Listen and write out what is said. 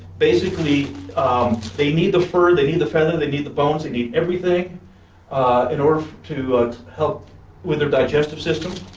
basically um they need the fur, they need the feather, they need the bones they need everything in order to help with their digestive system